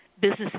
business